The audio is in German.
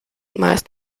meist